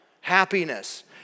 Happiness